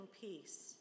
peace